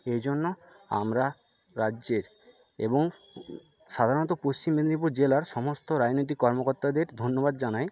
এইজন্য আমরা রাজ্যের এবং সাধারণত পশ্চিম মেদিনীপুর জেলার সমস্ত রাজনৈতিক কর্মকর্তাদের ধন্যবাদ জানাই